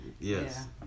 Yes